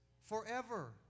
forever